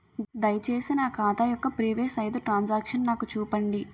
దయచేసి నా ఖాతా యొక్క ప్రీవియస్ ఐదు ట్రాన్ సాంక్షన్ నాకు చూపండి